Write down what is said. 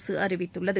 அரசு அறிவித்துள்ளது